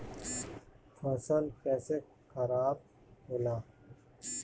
फसल कैसे खाराब होला?